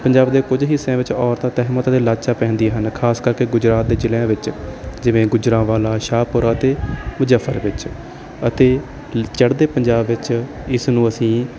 ਪੰਜਾਬ ਦੇ ਕੁਝ ਹਿੱਸਿਆਂ ਵਿੱਚ ਔਰਤਾਂ ਤਹਿਮਤ ਅਤੇ ਲਾਚਾ ਪਹਿਨਦੀਆਂ ਹਨ ਖਾਸ ਕਰਕੇ ਗੁਜਰਾਤ ਦੇ ਜ਼ਿਲ੍ਹਿਆਂ ਵਿੱਚ ਜਿਵੇਂ ਗੁਜਰਾਂਵਾਲਾ ਸ਼ਾਹਪੁਰਾ ਅਤੇ ਮੁਜੱਫਰ ਵਿੱਚ ਅਤੇ ਲ ਚੜ੍ਹਦੇ ਪੰਜਾਬ ਵਿੱਚ ਇਸ ਨੂੰ ਅਸੀਂ